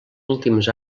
últims